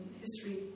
history